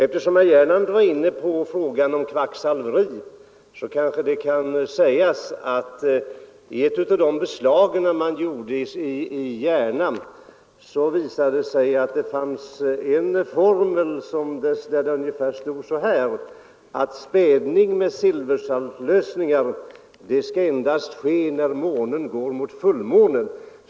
Eftersom herr Gernandt var inne på frågan om kvacksalveri kan jag kanske nämna att vid ett av de beslag som man gjorde i Järna visade det sig att det i en formel stod ungefär så här: Spädning med silversaltlösningar skall endast ske när månen går mot fullmåne.